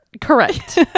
Correct